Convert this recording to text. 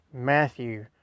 Matthew